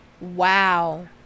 Wow